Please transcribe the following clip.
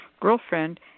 girlfriend